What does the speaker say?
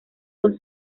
con